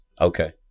Okay